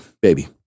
baby